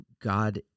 God